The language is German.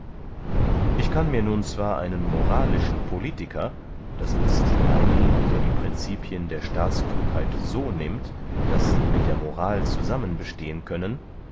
ich kann mir nun zwar einen moralischen politiker d i einen der die principien der staatsklugheit so nimmt daß sie mit der moral zusammen bestehen können